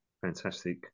Fantastic